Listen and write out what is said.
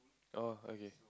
oh okay